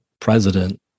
president